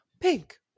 pink